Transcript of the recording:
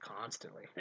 constantly